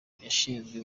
yashinzwe